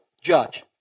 judge